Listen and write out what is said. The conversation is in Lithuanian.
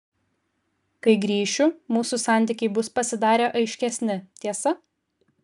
kai grįšiu mūsų santykiai bus pasidarę aiškesni tiesa